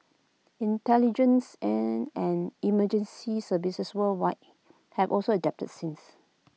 intelligence and emergency services worldwide have also adapted since